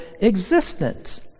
existence